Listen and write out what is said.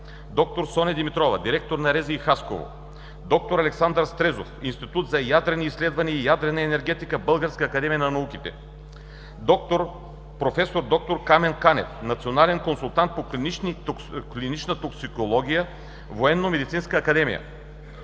д-р Соня Димитрова – директор на РЗИ – Хасково; проф. Александър Стрезов – Институт за ядрени изследвания и ядрена енергетика, Българска академия на науките; проф. д-р Камен Канев – национален консултант по клинична токсикология, Военномедицинска академия;